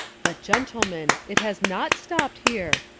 but, gentlemen, it has not stopped here.